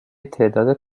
تعداد